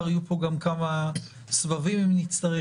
יהיו פה גם כמה סבבים אם נצטרך,